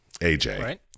AJ